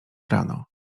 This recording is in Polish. rano